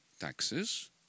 taxes